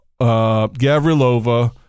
gavrilova